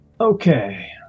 Okay